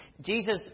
Jesus